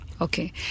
Okay